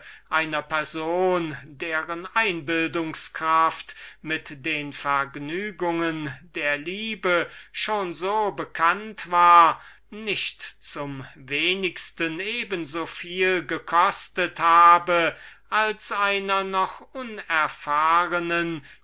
eine person deren einbildungs-kraft mit den lebhaftesten vergnügungen der liebe schon so bekannt war nicht zum wenigsten eben soviel gekostet habe als einer noch unerfahrenen